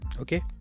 Okay